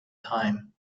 time